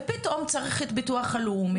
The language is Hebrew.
ופתאום צריך את ביטוח לאומי,